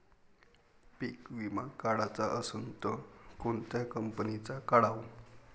पीक विमा काढाचा असन त कोनत्या कंपनीचा काढाव?